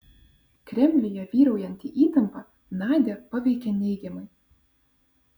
kremliuje vyraujanti įtampa nadią paveikė neigiamai